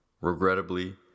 Regrettably